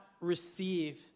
receive